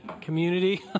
community